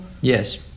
Yes